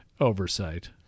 oversight